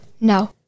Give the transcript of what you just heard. no